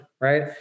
right